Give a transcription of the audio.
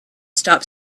stop